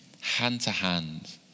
hand-to-hand